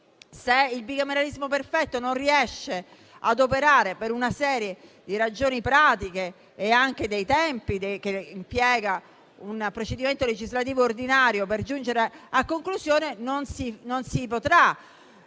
se il bicameralismo perfetto non riesce a operare per una serie di ragioni pratiche, anche relative ai tempi che impiega un procedimento legislativo ordinario per giungere a conclusione, si potrà